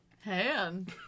Hand